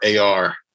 AR